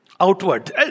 outward